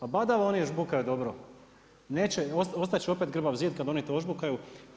A badava oni žbukaju dobro, ostat će opet grbav zid kada oni to ožbukaju.